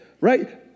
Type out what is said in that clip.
right